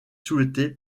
souhaité